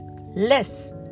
less